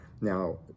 now